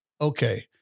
Okay